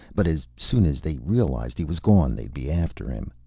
but as soon as they realized he was gone they'd be after him.